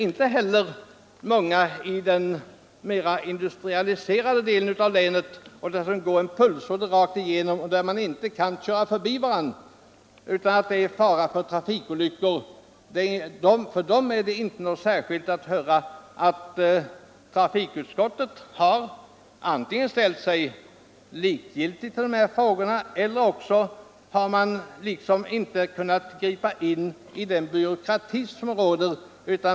Inte heller för dem som bor i den mera industrialiserade delen av länet, där det går en pulsåder rakt igenom med stor fara för trafikolyckor, är det särskilt uppmuntrande att höra att trafikutskottet antingen har ställt sig likgiltigt eller inte kunnat gripa in i den byråkratism som råder.